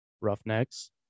Roughnecks